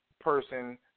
person